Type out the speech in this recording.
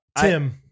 Tim